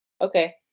Okay